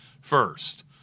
first